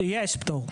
יש פטור.